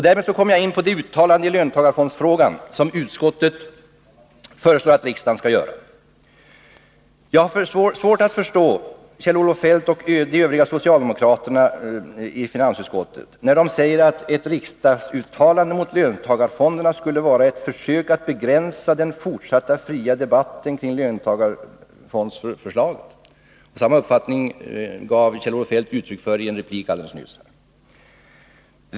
Därmed kommer jag in på det uttalande i löntagarfondsfrågan som utskottet föreslår att riksdagen skall göra. Jag har svårt att förstå Kjell-Olof Feldt och de övriga socialdemokraterna i finansutskottet när de säger att ett riksdagsuttalande mot löntagarfonderna skulle vara ett ”försök att begränsa den fortsatta fria debatten kring löntagarfondsförslaget”. Samma uppfattning gav Kjell-Olof Feldt uttryck för i en replik alldeles nyss.